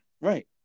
Right